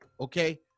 Okay